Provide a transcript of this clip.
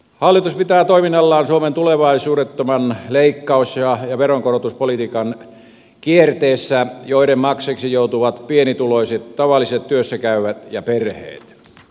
hallitus pitää toiminnallaan suomen tulevaisuudettoman leikkaus ja veronkorotuspolitiikan kierteessä jonka maksajiksi joutuvat pienituloiset tavalliset työssäkäyvät ja perheet